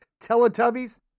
teletubbies